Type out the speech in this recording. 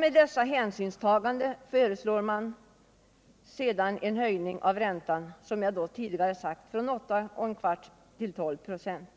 med dessa hänsynstaganden föreslår man sedan en höjning av räntan, som jag tidigare sagt, från 8 1/4 2. till 12 ";.